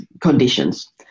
conditions